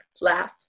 laugh